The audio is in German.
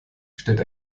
stellt